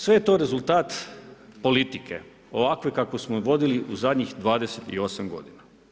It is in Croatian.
Sve je to rezultat politike ovakve kakvu smo vodili u zadnjih 28 godina.